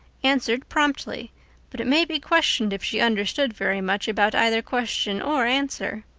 answered promptly but it may be questioned if she understood very much about either question or answer.